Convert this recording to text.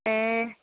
ए